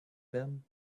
them